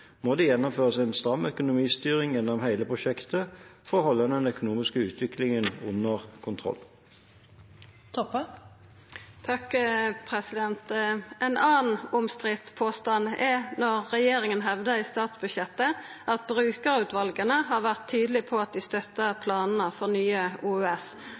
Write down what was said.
må det gjennomføres en stram økonomistyring gjennom hele prosjektet for å holde den økonomiske utviklingen under kontroll. Ein annan omstridd påstand er det som regjeringa hevdar i statsbudsjettet, at brukarutvala har vore tydelege på at dei støttar planane for nye